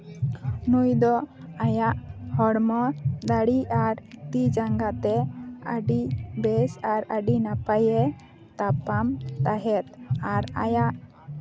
ᱱᱩᱭ ᱫᱚ ᱟᱭᱟᱜ ᱦᱚᱲᱢᱚ ᱫᱟᱲᱤ ᱟᱨ ᱛᱤ ᱡᱟᱸᱜᱟ ᱛᱮ ᱟᱹᱰᱤ ᱵᱮᱥ ᱟᱨ ᱟᱹᱰᱤ ᱱᱟᱯᱟᱭᱮ ᱛᱟᱯᱟᱢ ᱛᱟᱦᱮᱸᱜ ᱟᱨ ᱟᱭᱟᱜ